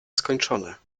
skończone